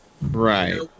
Right